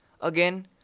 Again